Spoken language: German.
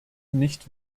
nicht